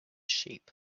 sheep